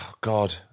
God